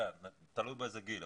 תלוי באיזה גיל,